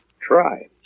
Try